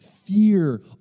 fear